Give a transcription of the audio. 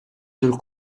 sul